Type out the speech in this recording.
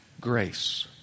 grace